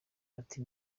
ati